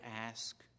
ask